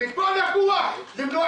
למה